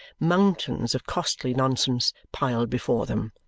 mountains of costly nonsense, piled before them.